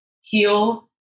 heal